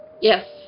yes